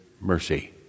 mercy